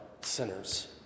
sinners